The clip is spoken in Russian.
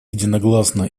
единогласно